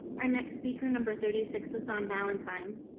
our next speaker, number thirty six, is on valentine.